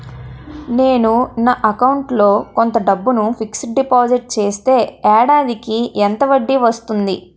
నేను నా అకౌంట్ లో కొంత డబ్బును ఫిక్సడ్ డెపోసిట్ చేస్తే ఏడాదికి ఎంత వడ్డీ వస్తుంది?